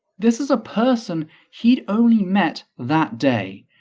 this is a person he'd only met that day,